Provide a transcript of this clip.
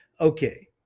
Okay